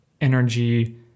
energy